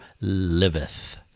liveth